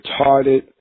retarded